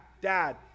dad